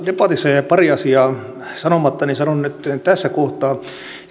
debatissa jäi pari asiaa sanomatta niin sanon nytten tässä kohtaa